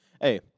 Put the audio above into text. Hey